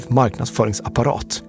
marknadsföringsapparat